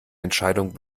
entscheidung